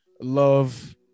Love